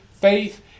faith